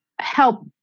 help